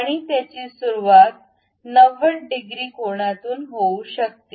आणि त्याची सुरूवात 90 डिग्री कोनातून होऊ शकते